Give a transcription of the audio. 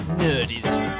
nerdism